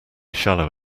shallow